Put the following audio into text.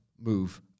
move